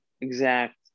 exact